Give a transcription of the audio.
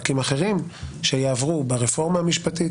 50 יום, להידברות, לשיח,